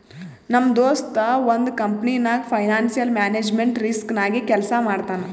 ನಮ್ ದೋಸ್ತ ಒಂದ್ ಕಂಪನಿನಾಗ್ ಫೈನಾನ್ಸಿಯಲ್ ಮ್ಯಾನೇಜ್ಮೆಂಟ್ ರಿಸ್ಕ್ ನಾಗೆ ಕೆಲ್ಸಾ ಮಾಡ್ತಾನ್